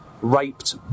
raped